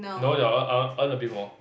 no I I I earn a bit more